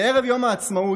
בערב יום העצמאות